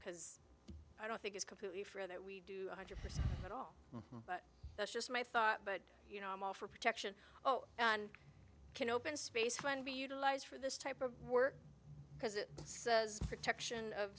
because i don't think it's completely fair that we do a hundred percent at all but that's just my thought but you know i'm all for protection oh and i can open space when we utilize for this type of work because it says protection of